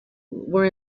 were